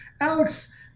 Alex